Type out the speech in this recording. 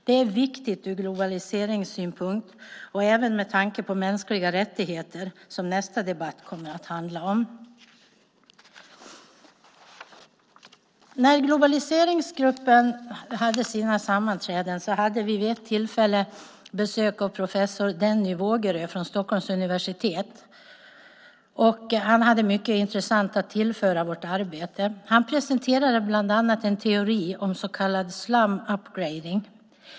Det är viktigt ur globaliseringssynpunkt och även med tanke på mänskliga rättigheter, som nästa debatt kommer att handla om. Vid ett av globaliseringsgruppens sammanträden hade vi besök av professor Denny Vågerö från Stockholms universitet. Han hade mycket intressant att tillföra vårt arbete. Han presenterade bland annat en teori om så kallad slum upgrading.